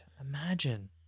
Imagine